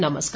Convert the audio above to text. नमस्कार